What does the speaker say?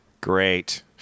Great